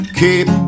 keep